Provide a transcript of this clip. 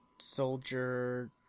Soldier